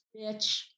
Bitch